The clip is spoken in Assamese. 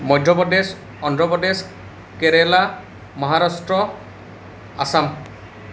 মধ্যপ্ৰদেশ অন্ধ্ৰপ্ৰদেশ কেৰেলা মহাৰাষ্ট্ৰ আছাম